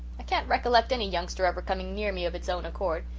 i can't recollect any youngster ever coming near me of its own accord.